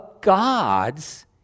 gods